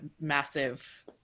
massive